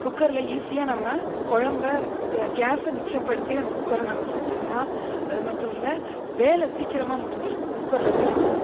குக்கரில் ஈஸியாக நம்ம கொழம்ப நாம கேஸை மிச்சப்படுத்தி குக்கரில் நாம செஞ்சிடலாம் அதுமட்டுமில்லை வேலை சீக்கிரமாக முடிஞ்சுடும் குக்கரில் செய்யும்போது